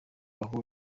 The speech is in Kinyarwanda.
aho